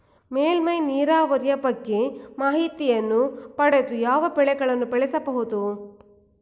ಮೇಲ್ಮೈ ನೀರಾವರಿಯ ಬಗ್ಗೆ ಮಾಹಿತಿಯನ್ನು ಪಡೆದು ಯಾವ ಬೆಳೆಗಳನ್ನು ಬೆಳೆಯಬಹುದು?